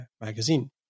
magazine